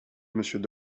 monsieur